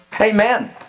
Amen